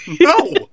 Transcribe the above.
No